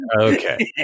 Okay